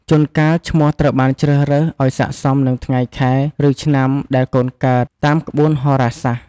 ជួនកាល ឈ្មោះត្រូវបានជ្រើសរើសឲ្យស័ក្តិសមនឹងថ្ងៃ ខែ ឬ ឆ្នាំដែលកូនកើត តាមក្បួនហោរាសាស្ត្រ។